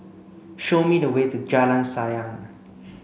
show me the way to Jalan Sayang